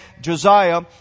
Josiah